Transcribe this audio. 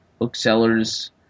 booksellers